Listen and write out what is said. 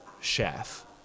chef